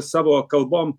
savo kalbom